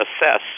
assess